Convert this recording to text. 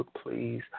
please